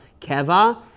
keva